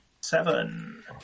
seven